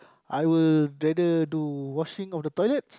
I will rather do washing of the toilets